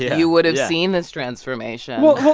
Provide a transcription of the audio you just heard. you would have seen his transformation well,